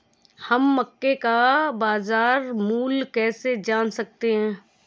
हम मक्के का बाजार मूल्य कैसे जान सकते हैं?